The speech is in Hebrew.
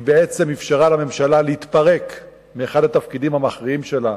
היא בעצם אפשרה לממשלה להתפרק מאחד התפקידים המכריעים שלה.